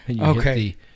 Okay